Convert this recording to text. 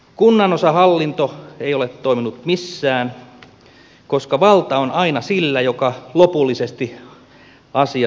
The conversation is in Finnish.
kunnanosahallinto ei ole toiminut missään koska valta on aina sillä joka lopullisesti asiat päättää